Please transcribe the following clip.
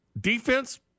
Defense